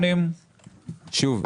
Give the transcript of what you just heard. בגילאים מוקדמים יותר שצריכים השגחה בבית,